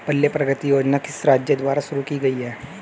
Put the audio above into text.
पल्ले प्रगति योजना किस राज्य द्वारा शुरू की गई है?